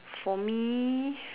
for me